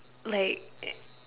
like